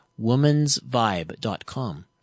womansvibe.com